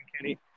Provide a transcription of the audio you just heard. kenny